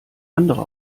andere